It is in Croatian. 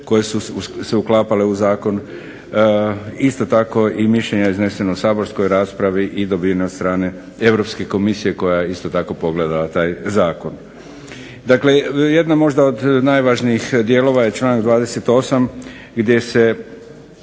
koje su se uklapale u zakon, isto tako i mišljenja iznesena u saborskoj raspravi i dobivena od strane Europske komisije koja je isto tako pogledala taj zakon. Dakle, jedna možda od najvažnijih dijelova je članak 28. gdje se